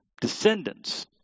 descendants